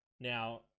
Now